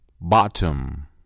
Bottom